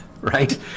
right